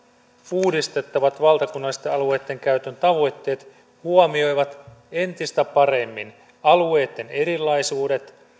uudistettavat valtakunnalliset alueidenkäyttötavoitteet huomioivat entistä paremmin alueitten erilaisuudet